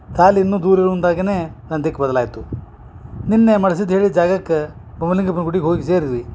ತಾಲ್ ಇನ್ನು ದೂರ ನನ್ನ ದಿಕ್ಕು ಬದಲಾಯಿತು ನಿನ್ನೆ ಮಾಡ್ಸಿದ ಹೇಳಿದ ಜಾಗಕ್ಕೆ ಗುಡಿಗ ಹೋಗಿ ಸೇರಿದ್ವಿ